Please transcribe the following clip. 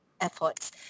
efforts